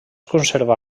conserva